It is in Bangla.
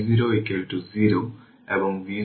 সুতরাং ix হবে 32 অ্যাম্পিয়ার